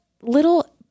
little